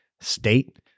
state